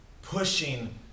pushing